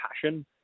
passion